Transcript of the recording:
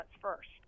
first